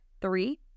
three